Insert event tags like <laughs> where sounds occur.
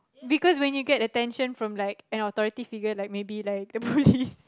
because when you get attention from like an authority figure like maybe like the police <laughs>